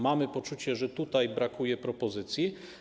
Mamy poczucie, że tutaj brakuje propozycji.